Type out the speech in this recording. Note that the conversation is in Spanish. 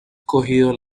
cogido